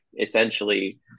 essentially